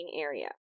area